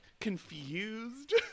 confused